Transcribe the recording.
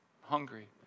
hungry